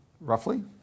roughly